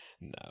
No